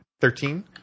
Thirteen